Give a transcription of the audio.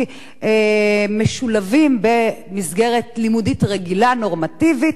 משולבים במסגרת לימודית רגילה נורמטיבית,